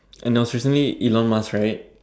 and it was recently Elon Musk right